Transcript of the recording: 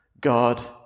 God